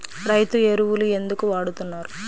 రైతు ఎరువులు ఎందుకు వాడుతున్నారు?